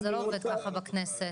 זה לא עובד ככה בכנסת